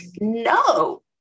No